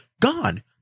Gone